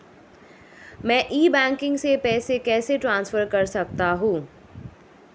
मैं e banking से पैसे कैसे ट्रांसफर कर सकता हूं?